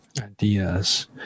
ideas